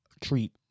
treat